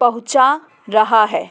पहुंचा रहा है